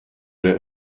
der